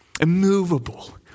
immovable